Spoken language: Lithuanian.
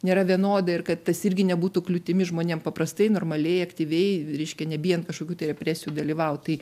nėra vienoda ir kad tas irgi nebūtų kliūtimi žmonėm paprastai normaliai aktyviai reiškia nebijant kažkokių tai represijų dalyvaut tai